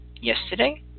yesterday